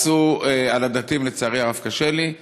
על הדתיים, לצערי הרב, קשה לי,